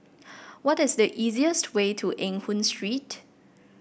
what is the easiest way to Eng Hoon Street